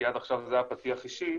כי עד עכשיו זה היה פתיח אישי,